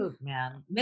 Man